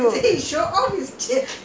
hello நீ எப்ப:nee eppa